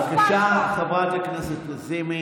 בבקשה, חברת הכנסת לזימי.